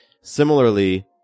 Similarly